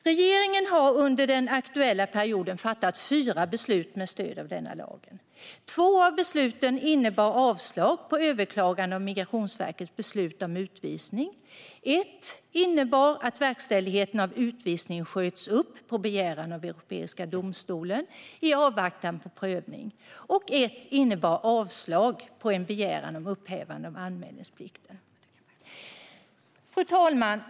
Regeringen har under den aktuella perioden fattat fyra beslut med stöd av denna lag. Två av besluten innebar avslag på överklagande av Migrationsverkets beslut om utvisning. Ett beslut innebar att verkställigheten av utvisning sköts upp på begäran av Europadomstolen i avvaktan på prövning. Ett beslut innebar avslag på begäran om upphävande av anmälningsplikten. Fru talman!